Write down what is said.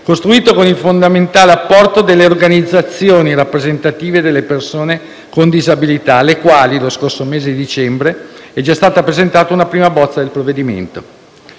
costruito con il fondamentale apporto delle organizzazioni rappresentative delle persone con disabilità, alle quali, lo scorso mese di dicembre, è già stata presentata una prima bozza del provvedimento.